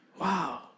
Wow